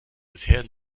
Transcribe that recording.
bisher